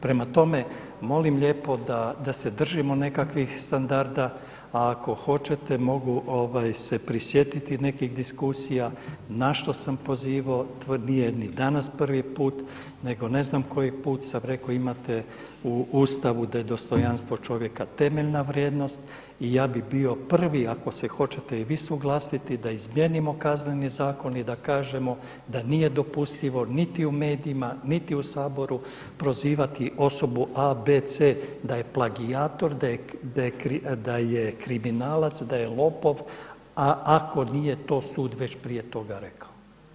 Prema tome, molim lijepo da se držimo nekakvih standarda a ako hoćete mogu se prisjetiti nekih diskusija na što sam pozivao, nije ni danas prvi put nego ne znam koji put sam rekao, imate u Ustavu da je dostojanstvo čovjeka temeljna vrijednost i ja bih bio prvi ako se hoćete i vi suglasiti da izmijenimo Kazneni zakon i da kažemo da nije dopustivo niti u medijima, niti u Saboru prozivati osobu A, B, C da je plagijator, da je kriminalac, da je lopov a ako nije to sud već prije toga rekao.